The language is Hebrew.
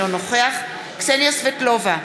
אינו נוכח קסניה סבטלובה,